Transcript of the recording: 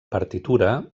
partitura